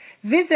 visit